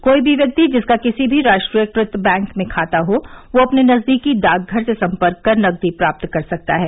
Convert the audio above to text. कोई भी व्यक्ति जिसका किसी भी राष्ट्रीयकृत बैंक में खाता हो वह अपने नजदीकी डाकघर से संपर्क कर नकदी प्राप्त कर सकता है